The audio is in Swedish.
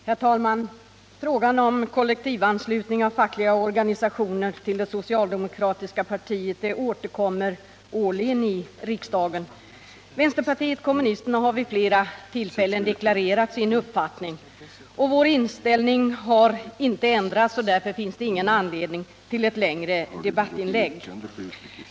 Herr talman! Frågan om kollektivanslutning av fackliga organisationer till det socialdemokratiska partiet återkommer årligen i riksdagen. Vänsterpartiet kommunisterna har vid flera tillfällen deklarerat sin uppfattning. Vår inställning har inte ändrats, och därför finns det ingen anledning till ett längre debattinlägg.